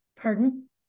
pardon